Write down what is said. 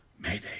Mayday